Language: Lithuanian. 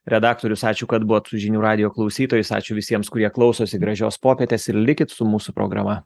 redaktorius ačiū kad buvot su žinių radijo klausytojais ačiū visiems kurie klausosi gražios popietės ir likit su mūsų programa